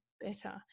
better